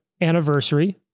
anniversary